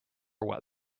weather